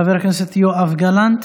חבר הכנסת יואב גלנט.